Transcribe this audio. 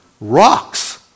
Rocks